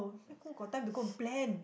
who got time to go and plan